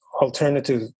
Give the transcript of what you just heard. alternative